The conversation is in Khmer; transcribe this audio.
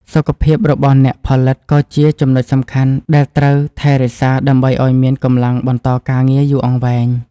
សុខភាពរបស់អ្នកផលិតក៏ជាចំណុចសំខាន់ដែលត្រូវថែរក្សាដើម្បីឱ្យមានកម្លាំងបន្តការងារយូរអង្វែង។